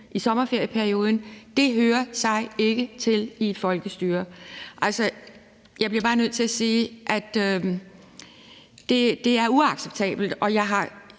i sommerferieperioden hører sig ikke til i et folkestyre. Jeg bliver bare nødt til sige, at det er uacceptabelt, og jeg har